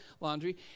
laundry